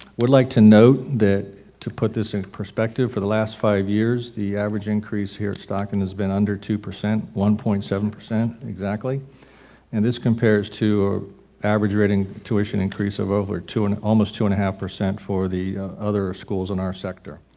would like to note that to put this in perspective for the last five years the average increase here at stockton has been under two percent one point seven percent exactly and this compares to average rating tuition increase of over to an almost two and a half percent for the other schools in our sector.